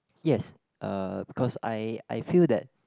yes uh because I I feel that